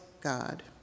God